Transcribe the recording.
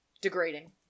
Degrading